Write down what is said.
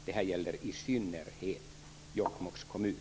Det gäller i synnerhet Jokkmokks kommun.